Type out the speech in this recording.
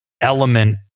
element